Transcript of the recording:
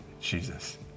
Jesus